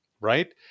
right